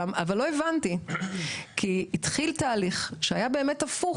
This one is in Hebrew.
אבל לא הבנתי כי התחיל תהליך שהיה באמת הפוך